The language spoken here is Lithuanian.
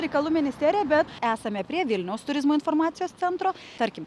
reikalų ministerija bet esame prie vilniaus turizmo informacijos centro tarkim